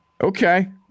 Okay